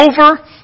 over